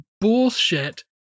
bullshit